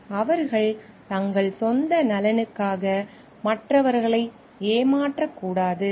அவர்கள் தங்கள் சொந்த நலனுக்காக மற்றவர்களை ஏமாற்ற கூடாது